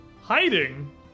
hiding